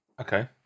Okay